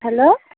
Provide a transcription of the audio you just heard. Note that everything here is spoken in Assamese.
হেল্ল'